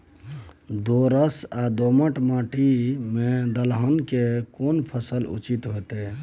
दोरस या दोमट माटी में दलहन के केना फसल उचित होतै?